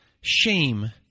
shame